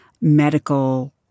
medical